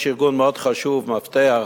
יש ארגון מאוד חשוב, "מפתח",